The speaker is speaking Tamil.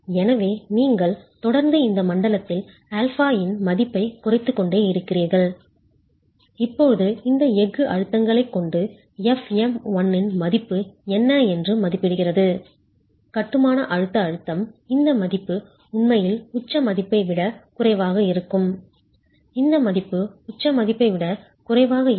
எனவே நீங்கள் தொடர்ந்து இந்த மண்டலத்தில் α இன் மதிப்பைக் குறைத்துக்கொண்டே இருக்கிறீர்கள் இப்போது இந்த எஃகு அழுத்தங்களைக் கொண்டு fm1 இன் மதிப்பு என்ன என்று மதிப்பிடுகிறது கட்டுமான அழுத்த அழுத்தம் இந்த மதிப்பு உண்மையில் உச்ச மதிப்பை விட குறைவாக இருக்கும் இந்த மதிப்பு உச்ச மதிப்பை விட குறைவாக இருக்கும்